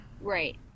Right